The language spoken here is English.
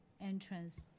entrance